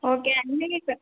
okay అండి